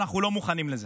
אנחנו לא מוכנים לזה.